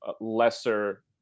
lesser